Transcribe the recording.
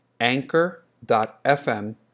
anchor.fm